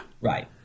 Right